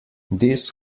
this